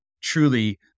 truly